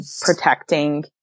protecting